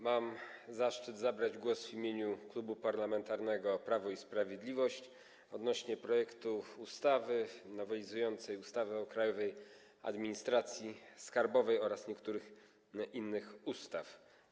Mam zaszczyt zabrać głos w imieniu Klubu Parlamentarnego Prawo i Sprawiedliwość na temat projektu ustawy o zmianie ustawy o Krajowej Administracji Skarbowej oraz niektórych innych ustaw.